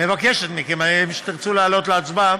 מבקשת מכם, כשתרצו להעלות להצבעה,